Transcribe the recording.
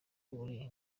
uri